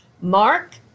Mark